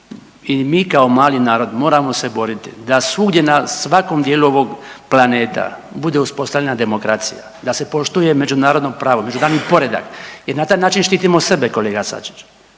I mi kao mali narod moramo se boriti da svugdje na svakom dijelu ovog planeta bude uspostavljena demokracija, da se poštuje međunarodno pravo, međunarodni poredak jer na taj način štitimo sebe, kolega Sačić.